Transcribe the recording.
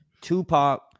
Tupac